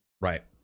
Right